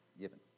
given